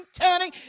turning